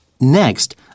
Next